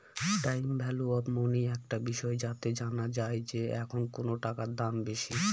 time value of money একটা বিষয় যাতে জানা যায় যে এখন কোনো টাকার দাম বেশি